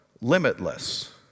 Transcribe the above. limitless